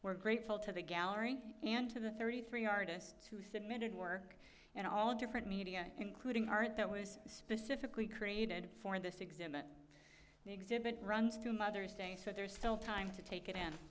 we're grateful to the gallery and to the thirty three artists who submitted work in all different media including art that was specifically created for this exhibit the exhibit runs through mother's day so there's still time to take